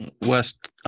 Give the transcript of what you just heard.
West